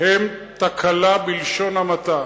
הם תקלה, בלשון המעטה,